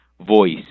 voice